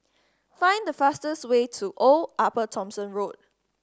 find the fastest way to Old Upper Thomson Road